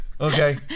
Okay